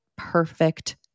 perfect